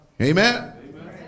Amen